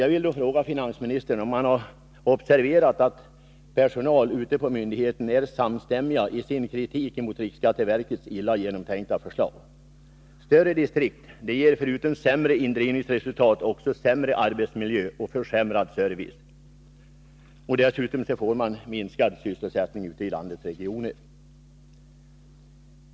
Jag vill då fråga finansministern om han har observerat att personalen ute på myndigheterna är samstämmig i sin kritik mot riksskatteverkets illa genomtänkta förslag. Större distrikt ger förutom sämre indrivningsresultat också sämre arbetsmiljö och försämrad service. Dessutom får man minskad sysselsättning ute i landet.